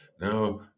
Now